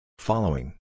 Following